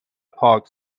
پاک